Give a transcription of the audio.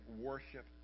worship